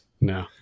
No